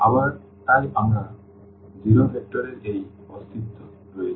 আবার তাই আমাদের 0 ভেক্টর এর এই অস্তিত্ব রয়েছে